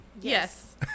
Yes